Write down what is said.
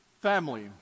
family